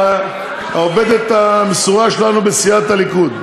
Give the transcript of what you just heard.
העובדת המסורה שלנו בסיעת הליכוד.